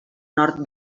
nord